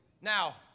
now